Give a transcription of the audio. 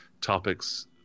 topics